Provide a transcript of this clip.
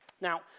Now